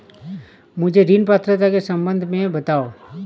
मुझे ऋण पात्रता के सम्बन्ध में बताओ?